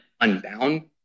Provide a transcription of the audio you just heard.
unbound